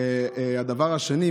הדבר השני,